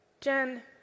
Jen